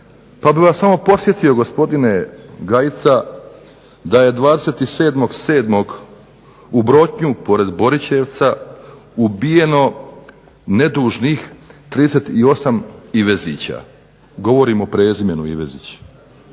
pa bih vas samo podsjetio gospodine Gajica da je 27.7. u Brotnju pored Borićevca ubijeno nedužnih 38 Ivezića. Govorim o prezimenu Ivezić